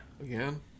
Again